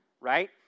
right